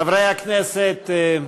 חברי הכנסת,